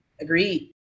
Agreed